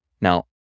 Now